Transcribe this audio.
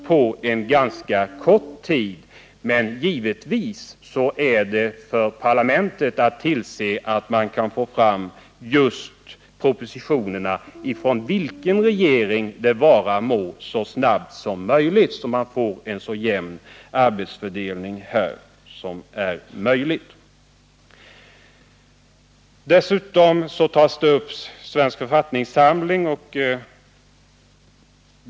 Men givetvis är det angeläget för parlamentet att se till att man — från vilken regering det vara må — skall få fram propositionerna så snabbt som möjligt, så att arbetsfördelningen blir så jämn som möjligt. Dessutom tas i granskningsbetänkandet upp utgivningen av Svensk författningssamling.